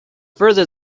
further